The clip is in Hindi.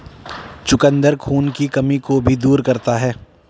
चुकंदर खून की कमी को भी दूर करता है